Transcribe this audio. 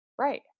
right